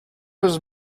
was